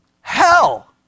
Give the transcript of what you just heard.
Hell